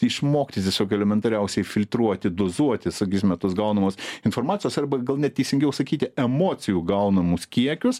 išmokti tiesiog elementariausiai filtruoti dozuoti sakysime tos gaunamos informacijos arba gal net teisingiau sakyti emocijų gaunamus kiekius